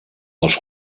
els